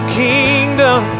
kingdom